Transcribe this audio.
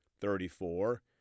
Thirty-four